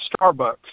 Starbucks